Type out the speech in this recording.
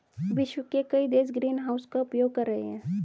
विश्व के कई देश ग्रीनहाउस का उपयोग कर रहे हैं